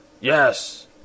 Yes